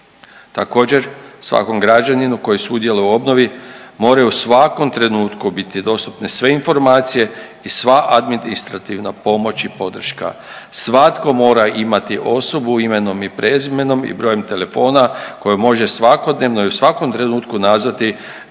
Također svakom građaninu koji sudjeluje u obnovi moraju u svakom trenutku biti dostupne sve informacije i sva administrativna pomoć i podrška. Svatko mora imati osobu imenom i prezimenom i brojem telefona koju može svakodnevno i u svakom trenutku nazvati